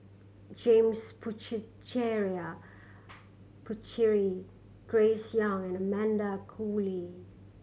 James Puthucheary Grace Young and Amanda Koe Lee